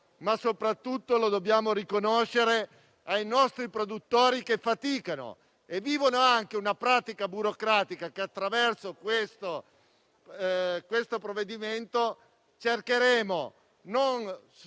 ma soprattutto lo dobbiamo riconoscere ai nostri produttori, che faticano e vivono anche una pratica burocratica che, attraverso questo provvedimento, cercheremo di